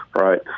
right